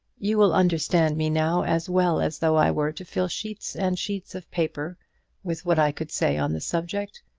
you will understand me now as well as though i were to fill sheets and sheets of paper with what i could say on the subject.